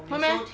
会 meh